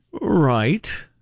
Right